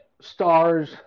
stars